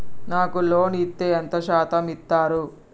నాకు లోన్ ఇత్తే ఎంత శాతం ఇత్తరు?